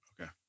Okay